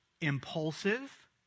impulsive